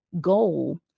goal